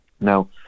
Now